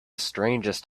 strangest